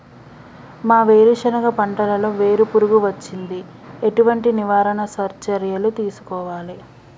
మా వేరుశెనగ పంటలలో వేరు పురుగు వచ్చింది? ఎటువంటి నివారణ చర్యలు తీసుకోవాలే?